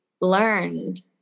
learned